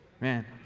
Man